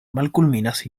malkulminas